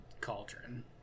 cauldron